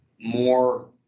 more